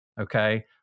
okay